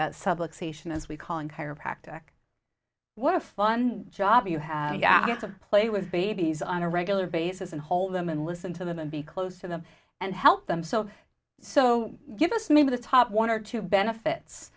subject's ation as we call in chiropractic what a fun job you have play was babies on a regular basis and hold them and listen to them and be close to them and help them so so give us maybe the top one or two benefits